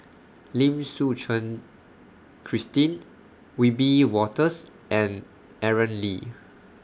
Lim Suchen Christine Wiebe Wolters and Aaron Lee